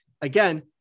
again